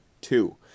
Two